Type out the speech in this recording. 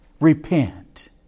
Repent